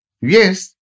Yes